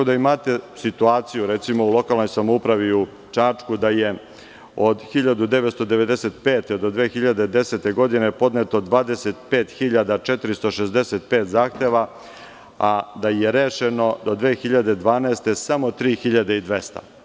Recimo, imate situaciju u lokalnoj samoupravi u Čačku da je od 1995. do 2010. godine podneto 25.465 zahteva, a da je rešeno do 2012. godine samo 3.200.